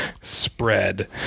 spread